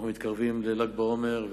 אנחנו מתקרבים לל"ג בעומר,